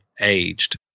aged